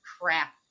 crap